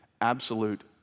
absolute